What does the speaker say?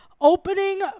opening